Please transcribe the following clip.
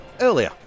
earlier